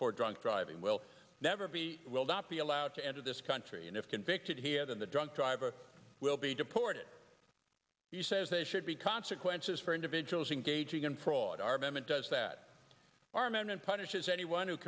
for drunk driving will never be will not be allowed to enter this country and if convicted here then the drunk driver will be deported he says they should be consequences for individuals engaging in fraud argument does that our men and punishes anyone who